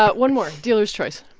but one more. dealer's choice